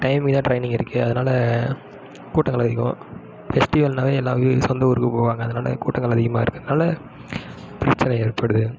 டைமுக்கு தான் டிரெயின் இங்கே இருக்குது அதனால் கூட்டங்கள் அதிகம் ஃபெஸ்டிவல்னாவே எல்லாருமே சொந்த ஊருக்கு போவாங்க அதனால் கூட்டங்கள் அதிகமாக இருக்கறனால் பிரச்சனை ஏற்படுது